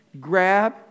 Grab